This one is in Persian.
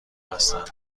هستند